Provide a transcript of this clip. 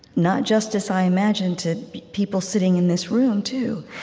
not justice, i imagine, to people sitting in this room too.